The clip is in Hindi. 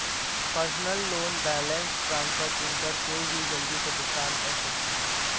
पर्सनल लोन बैलेंस ट्रांसफर चुनकर कोई भी जल्दी से भुगतान कर सकता है